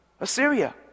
Assyria